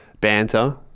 banter